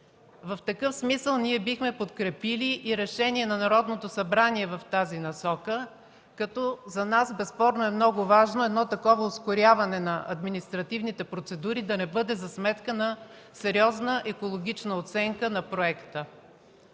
В такъв смисъл ние бихме подкрепили и решение на Народното събрание в тази насока, като за нас безспорно е много важно едно такова ускоряване на административните процедури да не бъде за сметка на сериозна екологична оценка на проекта.